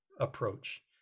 approach